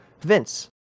Vince